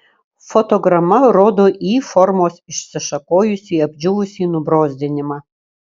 fotograma rodo y formos išsišakojusį apdžiūvusį nubrozdinimą